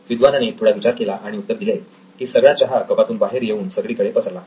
विद्वानाने थोडा विचार केला आणि उत्तर दिले की सगळा चहा कपातून बाहेर येऊन सगळीकडे पसरला